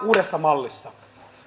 uudessa mallissa